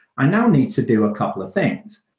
i now need to do a couple of things.